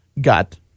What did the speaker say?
got